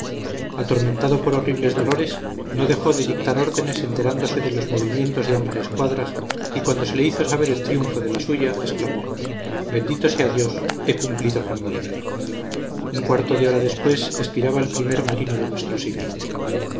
atormentado por horribles dolores no dejó de dictar órdenes enterándose de los movimientos de ambas escuadras y cuando se le hizo saber el triunfo de la suya exclamó bendito sea dios he cumplido con mi deber un cuarto de hora después expiraba el primer marino de nuestro siglo